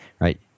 right